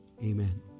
Amen